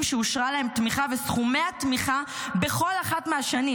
שאושרה להם תמיכה וסכומי התמיכה בכל אחת מהשנים.